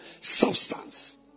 substance